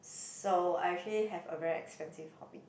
so I actually have a very expensive hobby